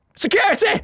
Security